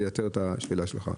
זה ייתר את השאלה שלך.